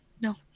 No